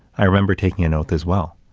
i remember taking an oath as well,